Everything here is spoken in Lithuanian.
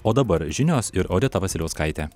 o dabar žinios ir odeta vasiliauskaitė